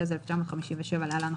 התשי"ז-1957 (להלן,